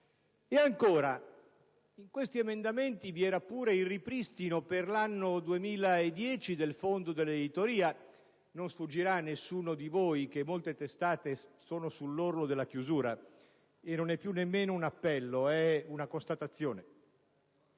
franchezza. In questi emendamenti era contenuto anche il ripristino, per l'anno 2010, del Fondo per l'editoria. Non sfuggirà a nessuno di voi che molte testate sono sull'orlo della chiusura. Questo non è più nemmeno un appello, ma una constatazione.